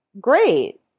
great